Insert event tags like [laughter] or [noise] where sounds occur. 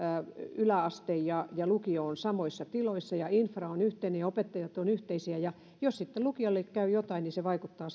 yläaste ja ja lukio ovat samoissa tiloissa ja infra on yhteinen ja opettajat ovat yhteisiä ja jos sitten lukiolle käy jotain niin se vaikuttaa [unintelligible]